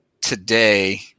today